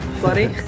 Bloody